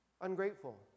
Ungrateful